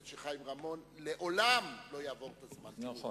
שחיים רמון לעולם לא יעבור את הזמן שלו.